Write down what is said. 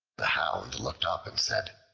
the hound looked up and said,